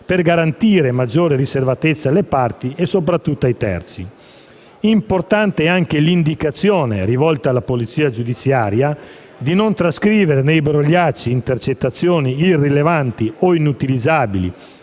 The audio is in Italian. per garantire maggiore riservatezza alle parti e soprattutto ai terzi. Importante è anche l'indicazione rivolta alla polizia giudiziaria di non trascrivere nei brogliacci intercettazioni irrilevanti o inutilizzabili